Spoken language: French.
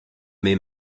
mes